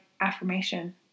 affirmation